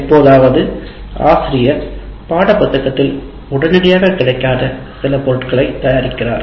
எப்போதாவது ஆசிரியர் பாடப்புத்தகத்தில் உடனடியாக கிடைக்காத சில பொருட்களைத் தயாரிக்கிறார்